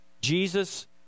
Jesus